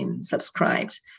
subscribed